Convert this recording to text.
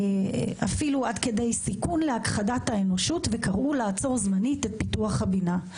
אפילו עד כדי סיכון להכחדת האנושות וקראו לעצור זמנית את פיתוח הבינה.